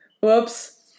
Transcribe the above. Whoops